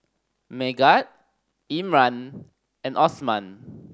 Megat Imran and Osman